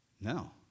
No